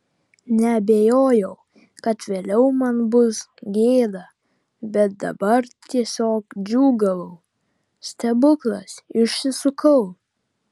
neabejojau kad vėliau man bus gėda bet dabar tiesiog džiūgavau stebuklas išsisukau